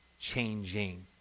changing